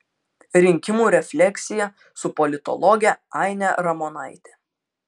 rinkimų refleksija su politologe aine ramonaite